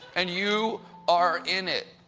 and you are in it.